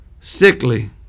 sickly